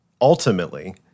ultimately